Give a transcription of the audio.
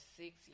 six